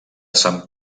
sant